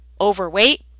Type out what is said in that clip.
overweight